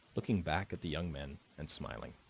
looking back at the young men and smiling.